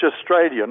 Australian